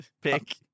pick